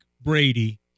Brady